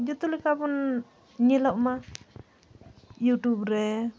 ᱡᱚᱛᱚ ᱞᱮᱠᱟ ᱵᱚᱱ ᱧᱮᱞᱚᱜ ᱢᱟ ᱨᱮ